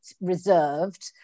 reserved